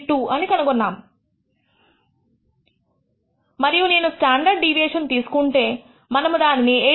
53132 అని కనుగొన్నాము మరియు నేను స్టాండర్డ్ డీవియేషన్ తీసుకుంటే మనము దానిని 8